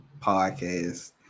Podcast